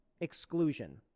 exclusion